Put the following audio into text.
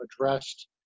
addressed